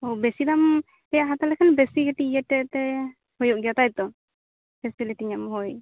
ᱚᱸᱻ ᱵᱮᱥᱤ ᱫᱟᱢ ᱨᱮᱭᱟ ᱦᱟᱛᱟᱣ ᱞᱮᱠᱷᱟᱱ ᱵᱮᱥᱤ ᱜᱤ ᱠᱟᱹᱴᱤᱡ ᱤᱭᱟᱹ ᱛᱮ ᱦᱩᱭᱩ ᱜᱮᱭᱟ ᱛᱟᱭ ᱛᱚ ᱯᱷᱮᱥᱤᱞᱤᱴᱤ ᱧᱟᱢ ᱦᱳᱭ